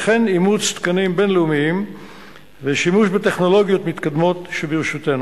וכן לאימוץ תקנים בין-לאומיים ושימוש בטכנולוגיות מתקדמות שברשותנו.